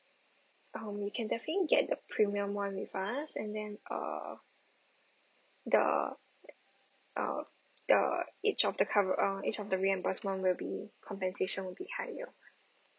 um you can definitely get the premium one with us and then uh the uh the each of the cover uh each of the reimbursement will be compensation will be higher